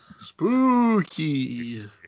Spooky